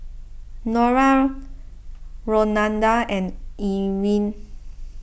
Nora Rolanda and Erin